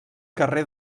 carrer